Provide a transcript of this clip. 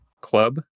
club